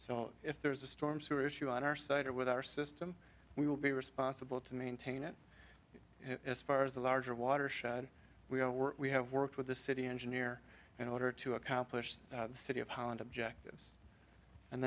so if there's a storm sewer issue on our side or with our system we will be responsible to maintain it as far as the larger watershed we are we have worked with the city engineer in order to accomplish the city of holland objectives and